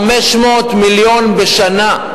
500 מיליון בשנה.